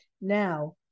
Now